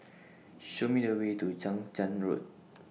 Show Me The Way to Chang Charn Road